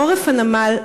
עורף הנמל,